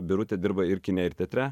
birutė dirba ir kine ir teatre